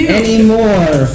anymore